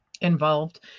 involved